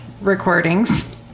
recordings